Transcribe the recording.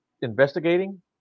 investigating